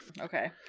Okay